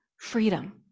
freedom